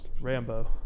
Rambo